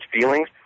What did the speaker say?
feelings